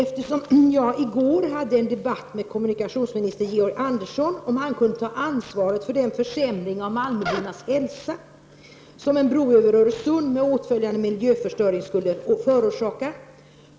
Herr talman! Jag hade i går en debatt med kommunikationsminister Georg Andersson, och jag frågade då om han kunde ta ansvar för den försämring av malmöbornas hälsa som en bro över Öresund med åtföljande miljöförstöring skulle förorsaka.